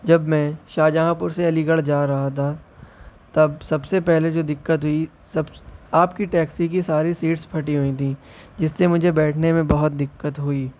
جب میں شاہجہاں پور سے علی گڑھ جا رہا تھا تب سب سے پہلے جو دقت ہوئی سب آپ کی ٹیکسی کی ساری سیٹس پھٹی ہوئی تھیں جس سے مجھے بیٹھنے میں بہت دقت ہوئی